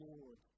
Lord